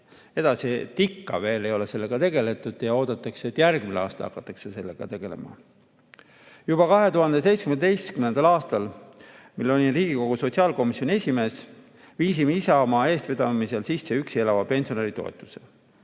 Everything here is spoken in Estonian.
et ikka veel ei ole sellega tegeldud ja oodatakse, et järgmisel aastal hakatakse sellega tegelema. Juba 2017. aastal, mil ma olin Riigikogu sotsiaalkomisjoni esimees, me viisime Isamaa eestvedamisel sisse üksi elava pensionäri toetuse.